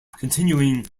continuing